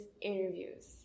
interviews